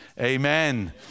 amen